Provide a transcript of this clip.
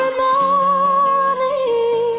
money